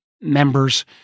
members